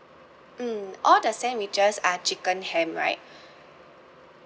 mm all the sandwiches are chicken ham right